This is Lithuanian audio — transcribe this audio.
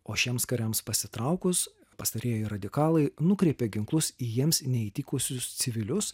o šiems kariams pasitraukus pastarieji radikalai nukreipė ginklus į jiems neįtikusius civilius